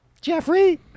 Jeffrey